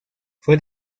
fue